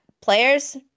players